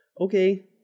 okay